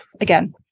again